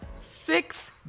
six